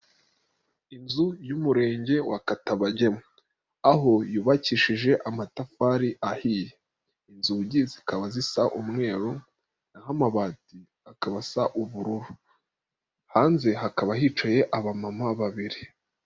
Inzu y'Umurenge wa Katabagemu aho yubakishije amatafari ahiye, inzugi zikaba zisa umweru nkaho amabati akaba asa ubururu, hanze hakaba hicaye abamama babiri.